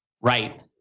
Right